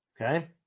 okay